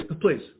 please